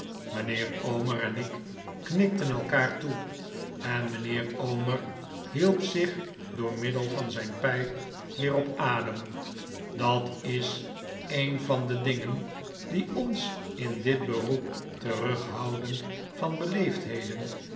mijnheer omer en ik knikten elkaar toe en mijnheer omer hielp zich door middel van zijn pijp weer op adem dat is een van de dingen die ons in dit beroep terughouden van